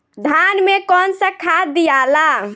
धान मे कौन सा खाद दियाला?